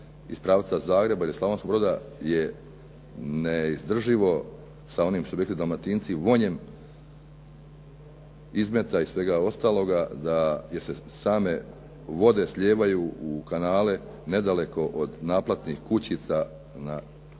iz pravca Zagreba ili Slavonskog Broda je neizdrživo sa onim što bi rekli Dalmatinci vonjem izmeta i svega ostaloga da se same vode slijevaju u kanale nedaleko od naplatnih kućica na ulazu